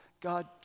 God